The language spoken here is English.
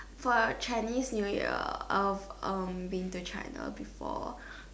for Chinese new year I've um been to China before